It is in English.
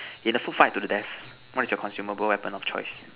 in a food fight to the death what is your consumable weapon of choice